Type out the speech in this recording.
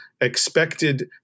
expected